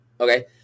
okay